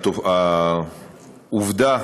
העובדה